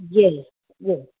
yes yes